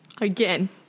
Again